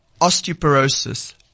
osteoporosis